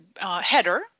Header